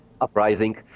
uprising